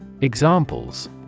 Examples